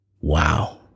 wow